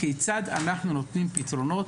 כיצד אנחנו נותנים פתרונות,